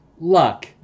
luck